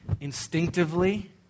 instinctively